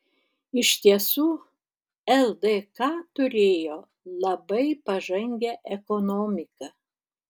iš tiesų ldk turėjo labai pažangią ekonomiką